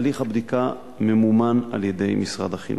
הליך הבדיקה ממומן על-ידי משרד החינוך.